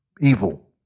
evil